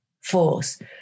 force